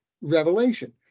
revelation